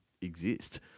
exist